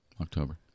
October